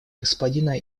господина